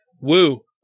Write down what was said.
Woo